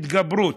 התגברות,